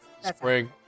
spring